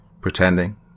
pretending